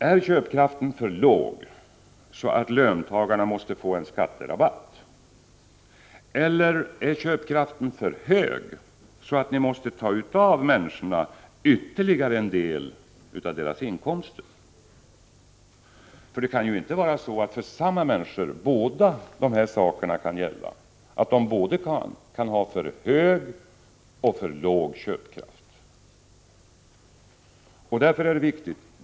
Är köpkraften för svag, så att löntagarna måste få en skatterabatt? Eller är köpkraften för stark, så att ni måste ta utav människorna ytterligare en del av deras inkomster? För samma människor kan ju inte båda sakerna gälla, att de både kan ha för stor och för liten köpkraft.